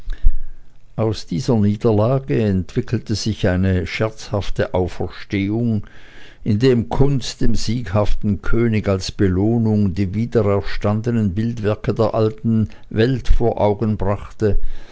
aus dieser niederlage entwickelte sich eine scherzhafte auferstehung indem kunz dem sieghaften könig als belohnung die wiedererstandenen bildwerke der alten welt vor augen brachte